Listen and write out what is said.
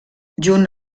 junt